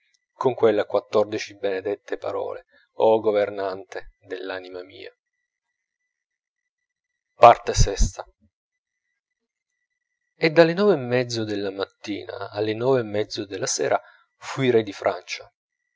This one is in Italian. con quelle quattordici benedette parole o governante dell'anima mia vi e dalle nove e mezzo della mattina alle nove e mezzo della sera fui re di francia